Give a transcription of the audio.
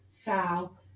foul